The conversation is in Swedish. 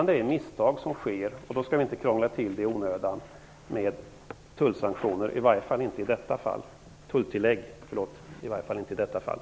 Det är fråga om misstag, och då skall vi inte krångla till saken i onödan med tulltillägg, i varje fall inte i detta fall.